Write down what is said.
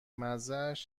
مزهاش